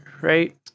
right